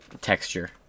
texture